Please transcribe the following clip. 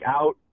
out